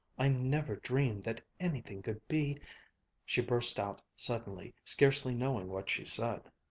i never dreamed that anything could be she burst out suddenly, scarcely knowing what she said,